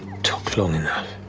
took long enough.